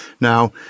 Now